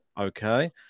okay